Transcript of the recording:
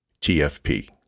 TFP